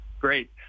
Great